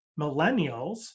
millennials